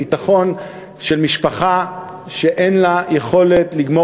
ביטחון של משפחה שאין לה יכולת לגמור